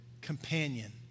companion